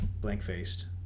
blank-faced